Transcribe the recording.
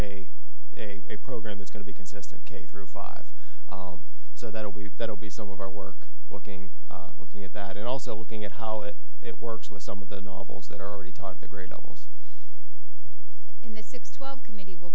a a a program that's going to be consistent k through five so that will be that will be some of our work looking looking at that and also looking at how it it works with some of the novels that are already taught the grade levels in the six twelve committee will